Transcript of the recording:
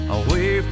away